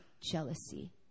jealousy